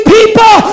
people